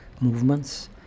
movements